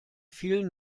vielen